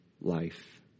life